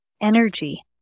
energy